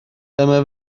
dyma